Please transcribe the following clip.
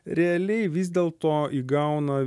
realiai vis dėlto įgauna